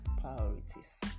priorities